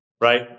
right